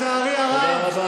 לצערי הרב,